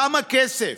כמה כסף?